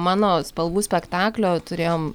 mano spalvų spektaklio turėjom